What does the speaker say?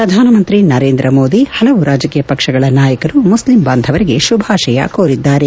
ಪ್ರಧಾನ ಮಂತ್ರಿ ನರೇಂದ್ರ ಮೋದಿ ಸೇರಿದಂತೆ ಇತರ ರಾಜಕೀಯ ಪಕ್ಷಗಳ ನಾಯಕರು ಮುಸ್ಲಿಂ ಬಾಂಧವರಿಗೆ ಶುಭಾಶಯ ಕೋರಿದ್ದಾರೆ